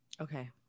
Okay